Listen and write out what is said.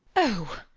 oh!